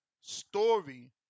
story